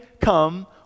come